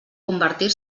convertir